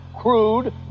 crude